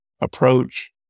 approach